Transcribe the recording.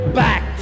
back